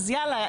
אז יאללה,